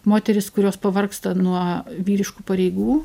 moterys kurios pavargsta nuo vyriškų pareigų